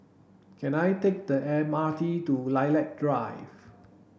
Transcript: can I take the M R T to Lilac Drive